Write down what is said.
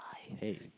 Hey